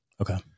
Okay